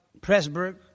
Pressburg